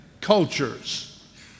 cultures